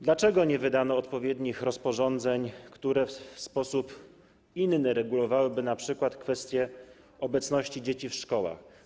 Dlaczego nie wydano odpowiednich rozporządzeń, które w inny sposób regulowałyby np. kwestie obecności dzieci w szkołach?